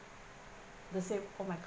the same all my